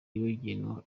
yagenwe